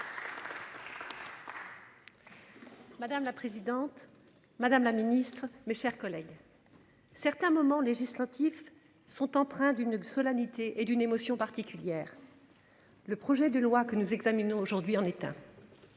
Madame la présidente. Madame la ministre, mes chers collègues. Certains moments législatif sont empreints d'une seule annuités et d'une émotion particulière. Le projet de loi que nous examinons aujourd'hui en état.